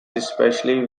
especially